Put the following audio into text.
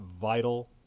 vital